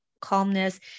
calmness